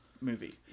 movie